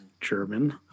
German